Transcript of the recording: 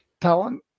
talent